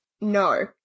No